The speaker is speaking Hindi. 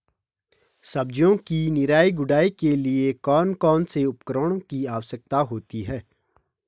सब्जियों की निराई गुड़ाई के लिए कौन कौन से उपकरणों की आवश्यकता होती है?